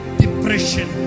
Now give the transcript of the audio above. depression